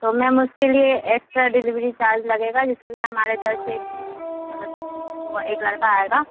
तो मैम उसके लिए एक्स्ट्रा डिलीवरी चार्ज लगेगा जिसके लिए हमारे तरफ़ से मतलब वो एक लड़का आएगा